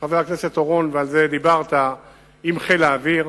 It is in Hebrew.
עם חיל האוויר.